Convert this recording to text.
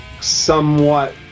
somewhat